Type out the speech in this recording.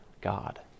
God